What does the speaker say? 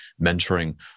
mentoring